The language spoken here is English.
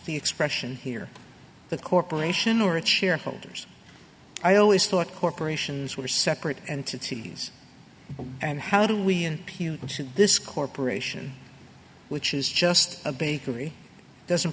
the expression here the corporation or of shareholders i always thought corporations were separate entities and how do we and pew should this corporation which is just a bakery doesn't